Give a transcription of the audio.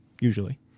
usually